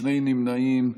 שני נמנעים.